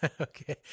Okay